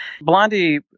Blondie